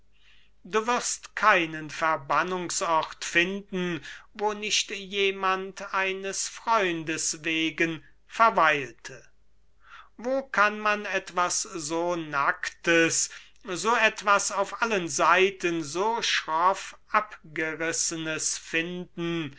du wirst keinen verbannungsort finden wo nicht jemand eines freundes wegen verweilte wo kann man etwas so nacktes wo etwas auf allen seiten so schroff abgerissenes finden